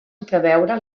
entreveure